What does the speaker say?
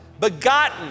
begotten